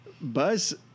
Buzz